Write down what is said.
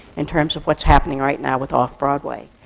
in terms of what's happening right now with off-broadway.